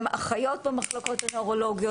גם אחיות במחלקות הנוירולוגית.